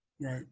right